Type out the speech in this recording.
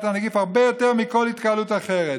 הנגיף הרבה יותר מכל התקהלות אחרת.